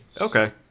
Okay